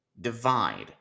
divide